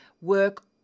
work